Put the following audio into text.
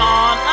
on